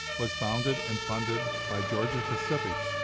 was founded and funded by georgia pacific,